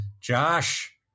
Josh